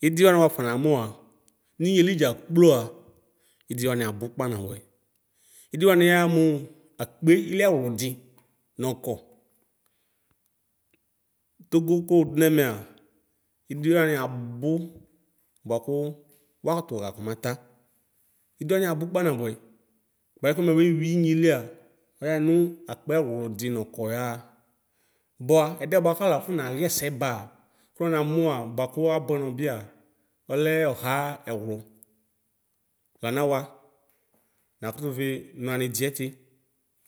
Idiwani wuafonamua, ninyelidza kploa, idiwaniabu kpanabuɛ. Idiwani yaya muu akpiliewludi nɔkɔ. Togo kuudu nemea, idiwani abu buaku wuakutuɣa komata. Idiwaniabu kpanabuɛ buafuɛ nimabɛ yuinyelia, ɔyaya nu akpɛwludi noko yayaa. Bua edie buefala ku nayesebaa kunonomua buaku abuɛnɔbia, ɔlɛ uha ɛvlo:la nawa, nakutuvi noanidieti